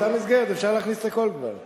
באותה מסגרת אפשר להכניס את הכול כבר.